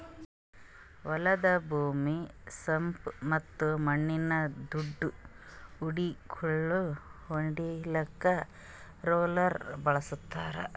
ಹೊಲದ ಭೂಮಿ ಸಾಪ್ ಮತ್ತ ಮಣ್ಣಿನ ದೊಡ್ಡು ಉಂಡಿಗೋಳು ಒಡಿಲಾಕ್ ರೋಲರ್ ಬಳಸ್ತಾರ್